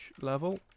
level